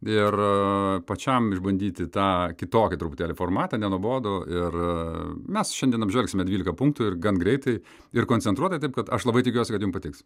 ir pačiam išbandyti tą kitokį truputėlį formatą nenuobodų ir mes šiandien apžvelgsime dvylika punktų ir gan greitai ir koncentruotai taip kad aš labai tikiuosi kad jum patiks